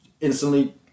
instantly